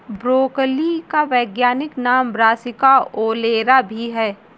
broccoli का वैज्ञानिक नाम ब्रासिका ओलेरा भी है